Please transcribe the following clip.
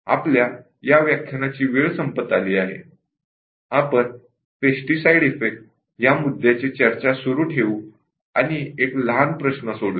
आपल्या या व्याख्यानाची वेळ संपत आली आहे आपण पेस्टीसाइड इफेक्ट या मुद्द्याची चर्चा सुरू ठेवू आणि एक लहान प्रश्न सोडवुया